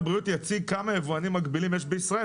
אני מציע שמשרד הבריאות יציג כמה יבואנים מקבילים יש בישראל.